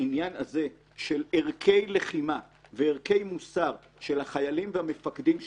העניין הזה של ערכי לחימה וערכי מוסר של החיילים והמפקדים שלנו.